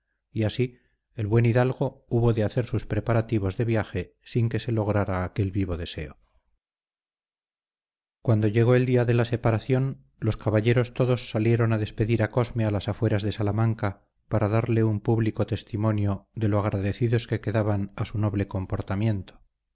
y así el buen hidalgo hubo de hacer sus preparativos de viaje sin que se le lograra aquel vivo deseo cuando llegó el día de la separación los caballeros todos salieron a despedir a cosme a las afueras de salamanca para darle un público testimonio de lo agradecidos que quedaban a su noble comportamiento